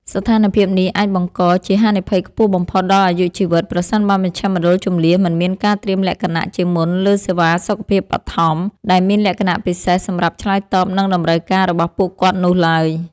ស្ថានភាពនេះអាចបង្កជាហានិភ័យខ្ពស់បំផុតដល់អាយុជីវិត ប្រសិនបើមជ្ឈមណ្ឌលជម្លៀសមិនមានការត្រៀមលក្ខណៈជាមុនលើសេវាសុខភាពបឋម ដែលមានលក្ខណៈពិសេសសម្រាប់ឆ្លើយតបនឹងតម្រូវការរបស់ពួកគាត់នោះឡើយ។